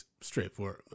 straightforward